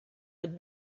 would